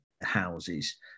houses